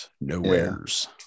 Nowhere's